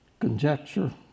conjecture